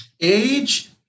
Age